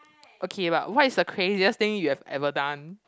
okay but what is the craziest thing you've ever done